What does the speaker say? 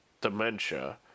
dementia